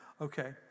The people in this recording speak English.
Okay